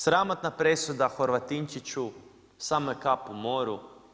Sramotna presuda Horvatinčiću, samo je kap u moru.